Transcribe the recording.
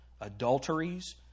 adulteries